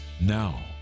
now